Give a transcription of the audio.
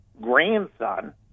grandson